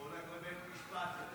הוא היה בבית משפט.